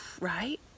right